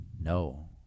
no